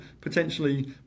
potentially